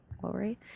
glory